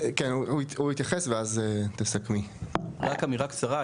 רק אמירה קצרה,